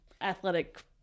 athletic